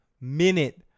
minute